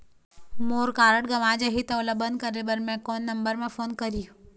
मोर card गंवा जाही त ओला बंद करें बर मैं कोन नंबर म फोन करिह?